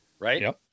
Right